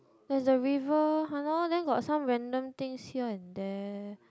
there's a river !walao! then got some random things here and there